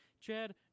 Chad